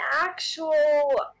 actual